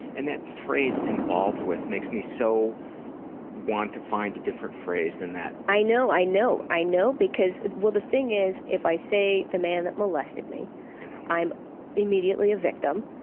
and that phrase involved with makes me so want to find a different phrase than that. i know, i know, i know, because well the thing is, if i say the man that molested me i'm immediately a victim,